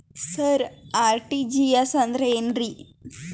ಸರ RTGS ಅಂದ್ರ ಏನ್ರೀ?